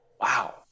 Wow